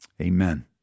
amen